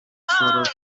کارمند